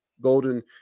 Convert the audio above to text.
Golden